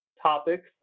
topics